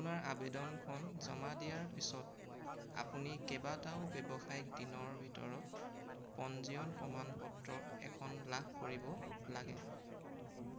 আপোনাৰ আবেদনখন জমা দিয়াৰ পিছত আপুনি কেইবাটাও ব্যৱসায়িক দিনৰ ভিতৰত পঞ্জীয়ন প্ৰমাণপত্ৰ এখন লাভ কৰিব লাগে